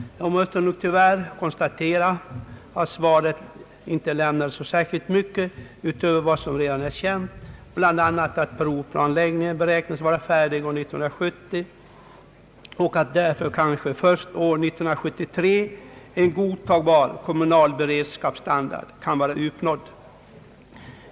Jag måste nog tyvärr konstatera att svaret inte lämnade så särskilt mycket utöver vad som redan är känt, bl.a. att provplaneringen beräknas vara färdig år 1970 och att därför kanske först år 1973 en godtagbar kommunal beredskapsstandard kan vara uppnådd.